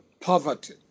poverty